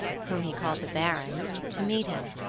whom he called the baron to meet him.